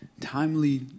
timely